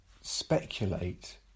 speculate